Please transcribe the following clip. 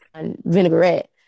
vinaigrette